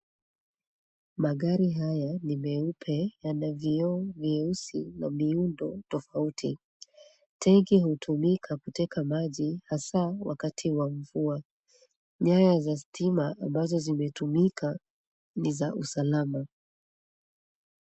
Magari haya ni meupe. Yana vioo vyeusi na miundo tofauti. Tege hutumika kutega maji hasa wakati wa mvua. Nyaya za stima ambazo zimetumika ni za usalama.